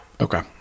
Okay